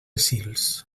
sils